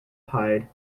hide